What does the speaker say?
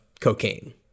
cocaine